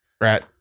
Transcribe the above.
Right